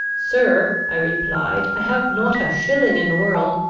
sir, i replied, i have not a shilling in the world,